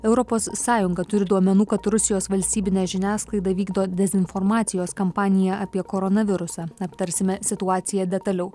europos sąjunga turi duomenų kad rusijos valstybinė žiniasklaida vykdo dezinformacijos kampaniją apie koronavirusą aptarsime situaciją detaliau